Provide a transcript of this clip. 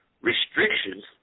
restrictions